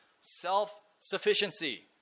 self-sufficiency